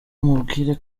mubwira